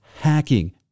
hacking